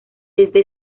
desde